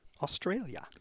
Australia